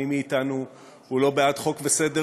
מי מאתנו הוא לא בעד חוק וסדר,